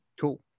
cool